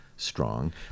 Strong